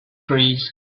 trees